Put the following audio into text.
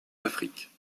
d’afrique